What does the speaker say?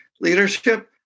leadership